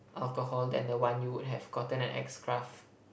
alcohol than the one you would have gotten at X Craft